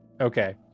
okay